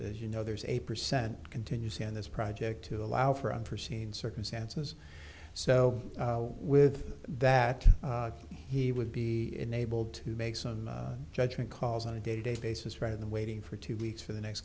as you know there's a percent continues in this project to allow for unforseen circumstances so with that he would be enabled to make some judgement calls on a day to day basis rather than waiting for two weeks for the next